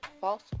false